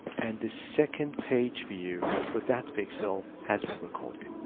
and the second page view for that pixel has been recorded.